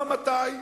גם ה"מתי"